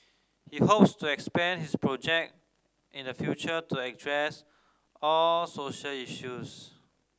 he hopes to expand his project in the future to address all social issues